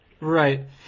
Right